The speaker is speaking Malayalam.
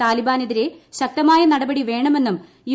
താലിബാനെതിരെ ശക്തമായ നടപടി വേണമെന്നും യൂ